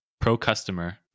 pro-customer